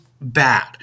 bad